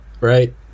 right